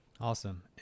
Awesome